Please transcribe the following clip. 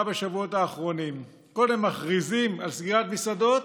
בשבועות האחרונים: קודם מכריזים על סגירת מסעדות,